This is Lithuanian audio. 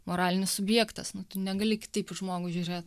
moralinis subjektas nu tu negali kitaip į žmogų žiūrėt